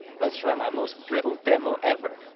let's try my most brutal demo ever.